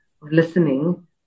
listening